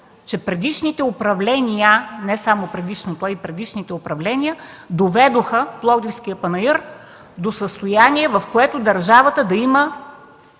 че предишните управления (не само предишното, но и предишните управления) доведоха Пловдивския панаир до състояние, в което държавата да има